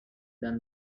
done